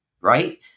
right